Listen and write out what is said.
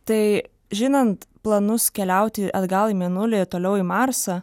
tai žinant planus keliauti atgal į mėnulį toliau į marsą